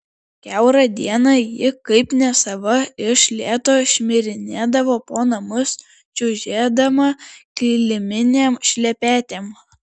kiaurą dieną ji kaip nesava iš lėto šmirinėdavo po namus čiužėdama kiliminėm šlepetėm